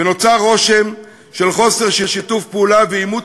ונוצר רושם של חוסר שיתוף פעולה ועימות